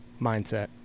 mindset